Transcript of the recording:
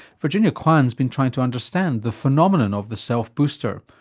virginia kwan's been trying to understand the phenomenon of the self-booster,